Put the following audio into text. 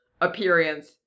appearance